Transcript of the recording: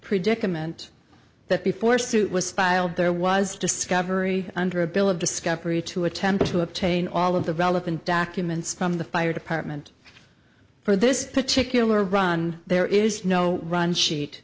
predicament that before suit was filed there was discovery under a bill of discovery to attempt to obtain all of the relevant documents from the fire department for this particular run there is no run sheet